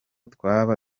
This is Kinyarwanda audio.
twaba